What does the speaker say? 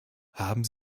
haben